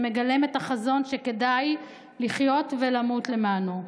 המגלם את החזון שכדאי לחיות ולמות למענו.